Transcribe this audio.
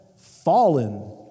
fallen